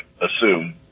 assume